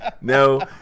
No